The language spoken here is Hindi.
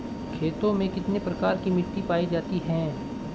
खेतों में कितने प्रकार की मिटी पायी जाती हैं?